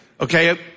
Okay